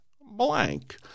blank